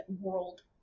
world